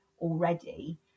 already